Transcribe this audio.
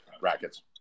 Rackets